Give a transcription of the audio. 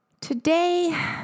Today